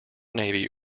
navy